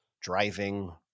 driving